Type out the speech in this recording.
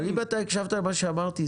אבל אם אתה הקשבת למה שאמרתי,